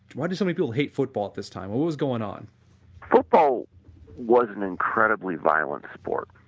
why do so many people hate football at this time, what was going on football wasn't incredibly violent sport,